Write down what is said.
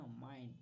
mind